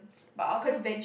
but I also